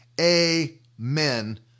amen